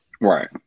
Right